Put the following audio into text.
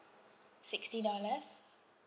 sixty dollars